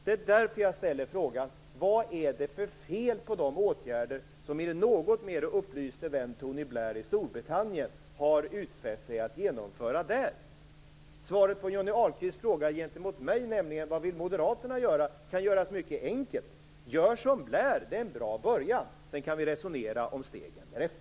Det är därför jag ställer frågan: Vad är det för fel på de åtgärder som er något mer upplyste vän Tony Blair i Storbritannien har utfäst sig att vidta där? Svaret på Johnny Ahlqvists fråga till mig, nämligen vad Moderaterna vill göra, kan göras mycket enkelt: Gör som Blair, det är en bra början. Sedan kan vi resonera om stegen därefter.